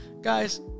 Guys